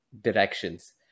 directions